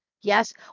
Yes